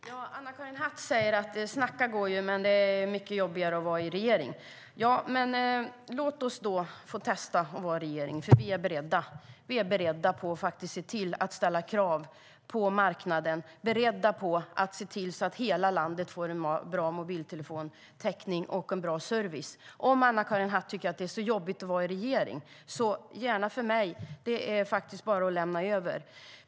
Fru talman! Anna-Karin Hatt säger att snacka går ju men att det är mycket jobbigare att vara i regering. Ja, men låt oss då få testa att vara regering, för vi är beredda. Vi är beredda att ställa krav på marknaden, beredda att se till att hela landet får en bra mobiltelefontäckning och en bra service. Om Anna-Karin Hatt tycker att det är så jobbigt att vara i regering så, gärna för mig, är det bara att lämna över.